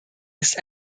ist